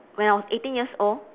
when I was eighteen years old